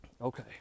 okay